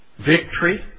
victory